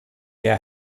der